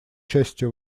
частью